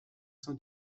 sein